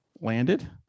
landed